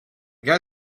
guy